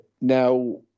now